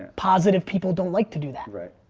positive people don't like to do that. right,